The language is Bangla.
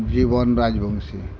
জীবন রাজবংশী